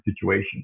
situation